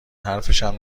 حرفشم